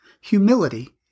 Humility